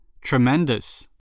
Tremendous